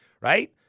right